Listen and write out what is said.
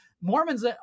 Mormons